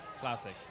classic